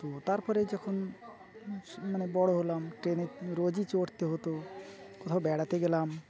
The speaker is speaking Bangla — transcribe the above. তো তার পরে যখন মানে বড় হলাম ট্রেনে রোজই চড়তে হতো কোথাও বেড়াতে গেলাম